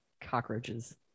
cockroaches